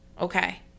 okay